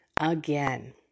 again